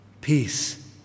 peace